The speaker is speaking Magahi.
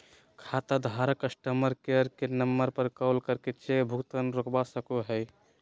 खाताधारक कस्टमर केयर के नम्बर पर कॉल करके चेक भुगतान रोकवा सको हय